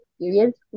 experience